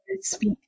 speak